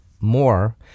more